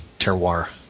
terroir